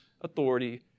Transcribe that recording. authority